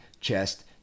chest